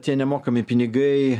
tie nemokami pinigai